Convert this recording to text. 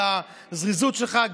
על הזריזות שלך,